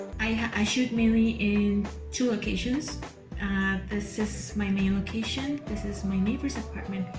i shoot mainly in two locations this is my main location this is my neighbour's apartment